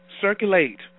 Circulate